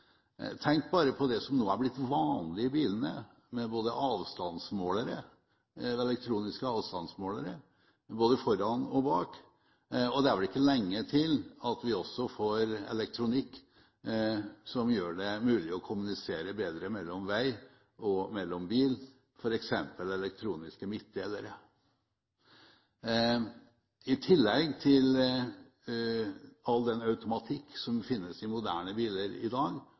Tenk bare på det som er blitt vanlig i bilene, elektroniske avstandsmålere både foran og bak, og det er vel ikke lenge til at vi også får elektronikk som gjør det mulig å kommunisere bedre mellom vei og bil, f.eks. elektroniske midtdelere – i tillegg til all den automatikken som finnes i moderne biler i dag,